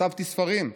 כתבתי ספרים.